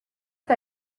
que